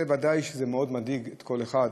זה ודאי מדאיג כל אחד.